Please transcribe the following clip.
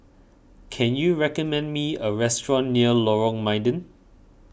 can you recommend me a restaurant near Lorong Mydin